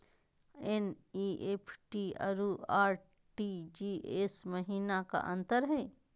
NEFT अरु RTGS महिना का अंतर हई?